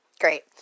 Great